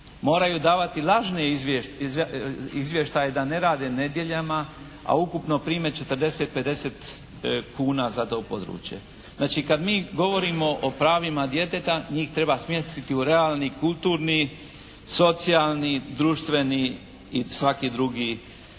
Moraju davati lažne izvještaje da ne rade nedjeljama a ukupno prime 40, 50 kuna za to područje. Znači kad mi govorimo o pravima djeteta njih treba smjestiti u realni, kulturni, socijalni društveni i svaki drugi